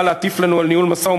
להטיף לנו על ניהול משא-ומתן,